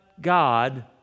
God